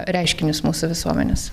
reiškinius mūsų visuomenės